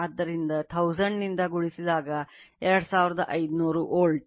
ಆದ್ದರಿಂದ 1000 ನಿಂದ ಗುಣಿಸಿದಾಗ 2500 ವೋಲ್ಟ್